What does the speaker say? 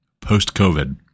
post-COVID